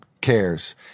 cares